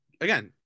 again